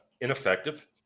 ineffective